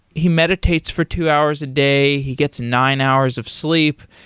he meditates for two hours a day. he gets nine hours of sleep.